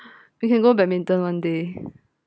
we can go badminton one day